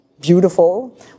beautiful